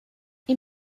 این